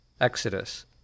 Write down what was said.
Exodus